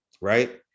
Right